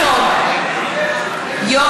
(קוראת בשמות חברי הכנסת) דב חנין,